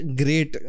great